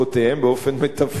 באופן מטאפורי,